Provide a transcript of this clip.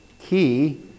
Key